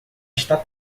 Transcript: está